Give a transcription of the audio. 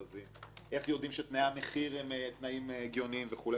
איך יודעים שתנאי המחיר הם הגיוניים וכו'.